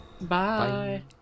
Bye